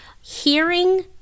hearing